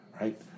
Right